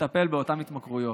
לטפל באותן התמכרויות.